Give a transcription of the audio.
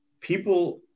people